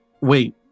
wait